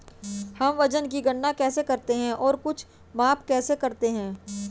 हम वजन की गणना कैसे करते हैं और कुछ माप कैसे करते हैं?